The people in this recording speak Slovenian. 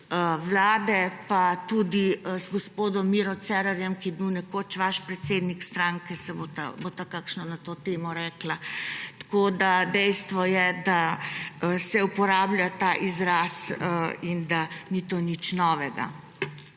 Vlade, pa tudi z gospodom Mirom Cerarjem, ki je bil nekoč vaš predsednik stranke, bosta kakšno na to temo rekla. Dejstvo je, da se uporablja ta izraz in da ni to nič novega.